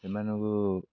ସେମାନଙ୍କୁ